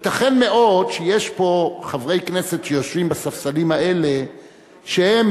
ייתכן מאוד שיש פה חברי כנסת שיושבים בספסלים האלה שהם,